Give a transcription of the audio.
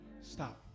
Stop